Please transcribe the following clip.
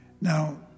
Now